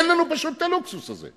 פשוט אין לנו הלוקסוס הזה.